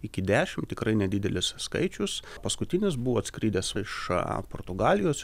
iki dešimt tikrai nedidelis skaičius paskutinis buvo atskridęs iš portugalijos